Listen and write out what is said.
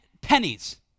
pennies